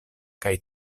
kaj